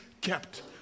kept